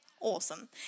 Awesome